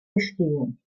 bestehen